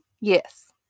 Yes